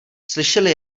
slyšeli